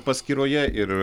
paskyroje ir